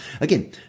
Again